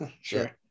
Sure